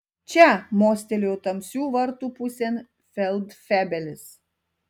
čia mostelėjo tamsių vartų pusėn feldfebelis